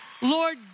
Lord